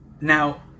Now